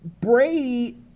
Brady